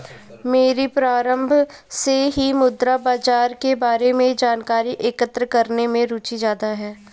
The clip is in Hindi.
मेरी प्रारम्भ से ही मुद्रा बाजार के बारे में जानकारी एकत्र करने में रुचि ज्यादा है